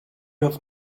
have